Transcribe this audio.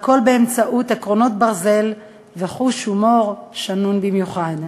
הכול באמצעות עקרונות ברזל וחוש הומור שנון במיוחד.